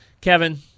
Kevin